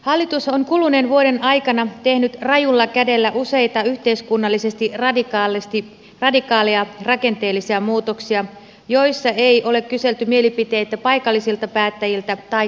hallitus on kuluneen vuoden aikana tehnyt rajulla kädellä useita yhteiskunnallisesti radikaaleja rakenteellisia muutoksia joissa ei ole kyselty mielipiteitä paikallisilta päättäjiltä tai kansalaisilta